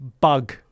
bug